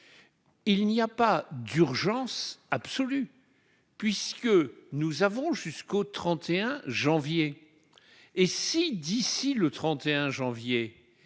Il n'y a pas d'urgence absolue, puisque nous avons jusqu'au 31 janvier. Si, d'ici là, il